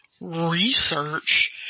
research